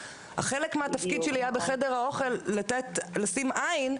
חלק מהתפקיד שלי היה בחדר האוכל לשים עיין,